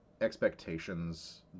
expectations